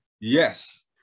Yes